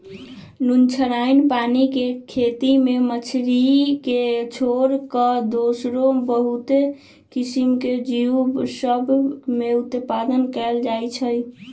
नुनछ्राइन पानी के खेती में मछरी के छोर कऽ दोसरो बहुते किसिम के जीव सभ में उत्पादन कएल जाइ छइ